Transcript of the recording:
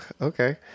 okay